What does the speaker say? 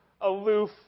aloof